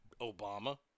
Obama